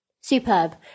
Superb